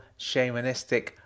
shamanistic